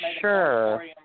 sure